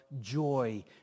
joy